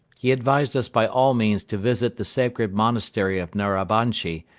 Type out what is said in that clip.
he advised us by all means to visit the sacred monastery of narabanchi,